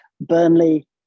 Burnley